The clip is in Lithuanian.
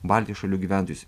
baltijos šalių gyventojus